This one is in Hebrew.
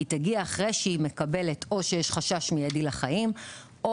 היא תגיע אחרי שהיא מקבלת או שיש חשש מיידי לחיים או